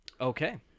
Okay